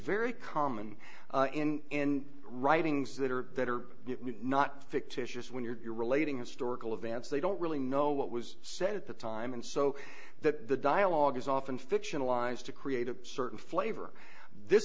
very common in writings that are that are not fictitious when you're relating historical events they don't really know what was said at the time and so that the dialogue is often fictionalized to create a certain flavor this